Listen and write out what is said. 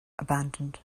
abandoned